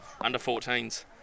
under-14s